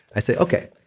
i say, okay,